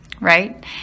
right